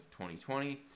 2020